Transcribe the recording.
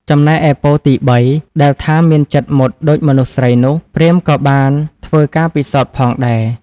ចំណែកឯពរ ទី ៣ ដែលថា មានចិត្តមុតដូចមនុស្សស្រីនោះ ព្រាហ្មណ៍ក៏បានធ្វើការពិសោធន៍ផងដែរ។